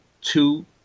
two